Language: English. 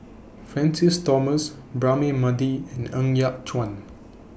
Francis Thomas Braema Mathi and Ng Yat Chuan